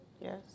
Yes